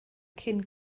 cyn